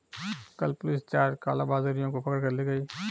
कल पुलिस चार कालाबाजारियों को पकड़ कर ले गए